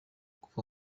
kuva